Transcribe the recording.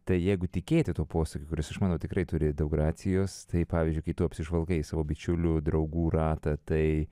tai jeigu tikėti tuo posakiu kuris aš manau tikrai turi daug gracijos tai pavyzdžiui kai tu apsižvalgai savo bičiulių draugų ratą tai